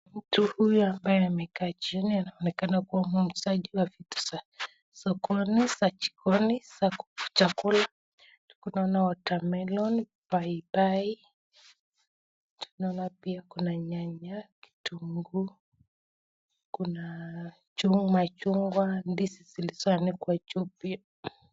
Mtu huyu ambaye amekaa chini anaonekana kuwa amabaye ni muuzaji wa vitu za sokoni ,za jikoni chakula unaona watermelon ,paipai naona pia kuna nyanya ,kitunguu kuna machungwa ,ndizi zilizoanikwa juu.